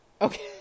Okay